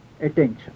attention